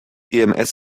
ems